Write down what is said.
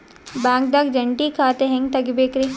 ಬ್ಯಾಂಕ್ದಾಗ ಜಂಟಿ ಖಾತೆ ಹೆಂಗ್ ತಗಿಬೇಕ್ರಿ?